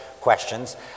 questions